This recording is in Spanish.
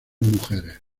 mujeres